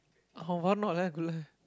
how why not eh